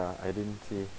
ya I didn't see